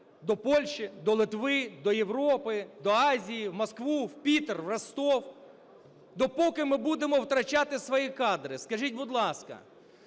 до Польщі, до Литви, до Європи, до Азії, в Москву, в Пітер, в Ростов. Допоки ми будемо втрачати свої кадри, скажіть будь ласка?